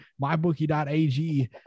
Mybookie.ag